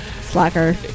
slacker